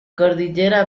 cordillera